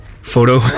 photo